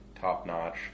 top-notch